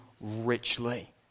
richly